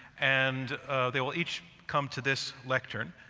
and they will each come to this lectern,